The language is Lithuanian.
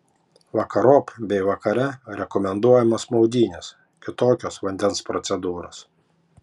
vakarop bei vakare rekomenduojamos maudynės kitokios vandens procedūros